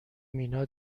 مینا